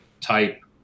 type